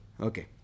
Okay